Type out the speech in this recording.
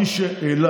כך זה היה.